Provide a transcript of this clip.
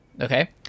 okay